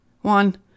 one